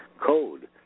code